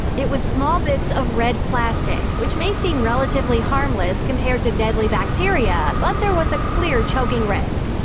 it was small bits of red plastic, which may seem relatively harmless compared to deadly bacteria, but there was a clear choking risk.